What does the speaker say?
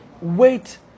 Wait